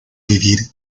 vivir